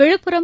Villupuram